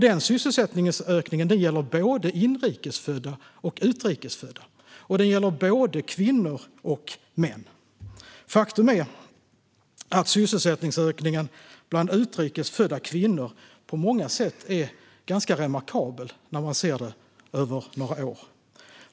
Denna sysselsättningsökning gäller både inrikes födda och utrikes födda, och den gäller både kvinnor och män. Faktum är att sysselsättningsökningen bland utrikes födda kvinnor på många sätt är ganska remarkabel när man ser det över några år.